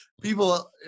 people